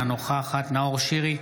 אינה נוכחת נאור שירי,